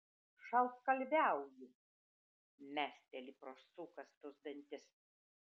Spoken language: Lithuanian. šaltkalviauju mesteli pro sukąstus dantis